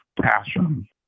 passion